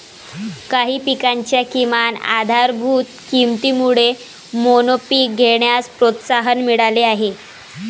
काही पिकांच्या किमान आधारभूत किमतीमुळे मोनोपीक घेण्यास प्रोत्साहन मिळाले आहे